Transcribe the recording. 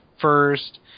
first